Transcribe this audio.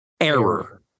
error